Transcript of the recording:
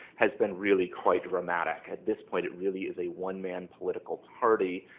has been really quite dramatic. at this point it really is a one man political party,